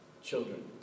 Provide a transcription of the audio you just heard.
children